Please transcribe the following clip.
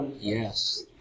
yes